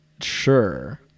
sure